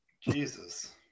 Jesus